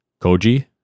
Koji